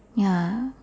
ya